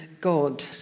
God